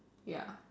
ya